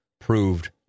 proved